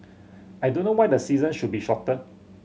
I don't know why the season should be shorter